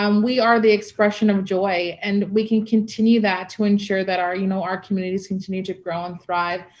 um we are the the expression of joy. and we can continue that to ensure that our you know our communities continue to grow and thrive.